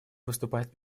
выступать